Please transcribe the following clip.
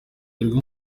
inkunga